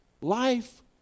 life